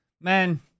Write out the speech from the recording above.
Man